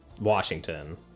washington